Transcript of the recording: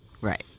Right